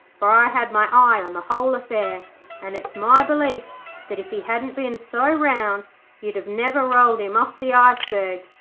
for i had my eye on the whole affair and it's my belief that if he hadn't been so round you'd have never rolled him off the iceberg,